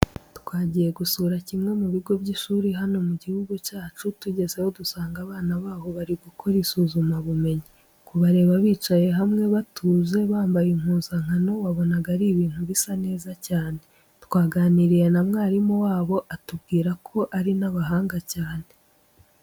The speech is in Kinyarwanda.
Twagiye gusura kimwe mu bigo by'ishuri hano mu gihugu cyacu, tugezeyo dusanga abana baho bari gukora isuzumabumenyi. Kubareba bicaye hamwe, batuje, bambaye impuzankano wabonaga ari ibintu bisa neza cyane. Twaganiriye na mwarimu wabo atubwira ko ari n'abahanga cyane.